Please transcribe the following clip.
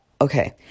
okay